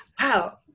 Wow